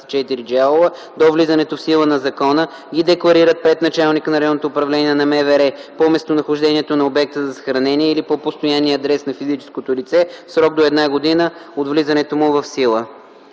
до влизането в сила на закона, ги декларират пред началника на РУ на МВР по местонахождението на обекта за съхранение или по постоянния адрес на физическото лице в срок до една година от влизането му сила.”